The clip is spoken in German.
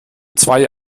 zwei